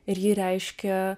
ir ji reiškia